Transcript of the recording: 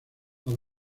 los